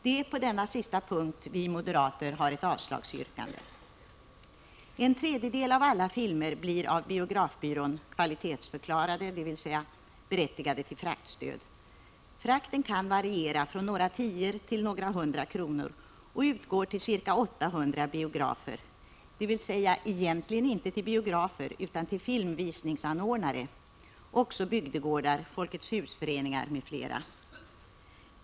Det är på den sista punkten vi moderater har ett avslagsyrkande. En tredjedel av alla filmer blir av biografbyrån ”kvalitetsförklarade”, dvs. berättigade till fraktstöd. Frakten kan variera från några tior till några hundra kronor och utgår till ca 800 biografer, dvs. egentligen inte till biografer utan till filmvisningsanordnare — också bygdegårdar, Folkets hus-föreningar m.fl.